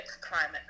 climate